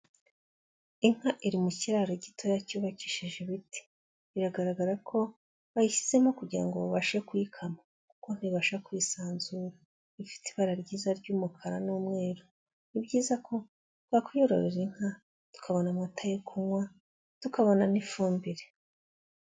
Inka iri mu kiraro gitoya cyubakishije ibiti, biragaragara ko bayishyizemo kugira babashe kuyikama, kuko ntibabasha kwisanzura, ifite ibara ryiza ry'umukara n'umweru, ni ibyiza ko twakwiyorora inka tukabona amata yo kunywa, tukabona n'ifumbire.